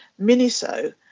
Miniso